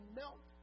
melt